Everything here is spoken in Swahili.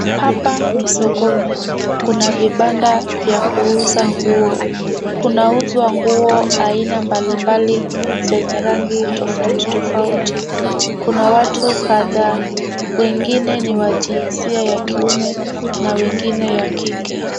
Hapa ni sokoni, kuna vibanda vya kuuza nguo. Kuna uzwa nguo aina mbalimbali zenye rangi tofauti tofauti. Kuna watu kadhaa, wengine ni wa jinsia ya kiume na wengine ya kike.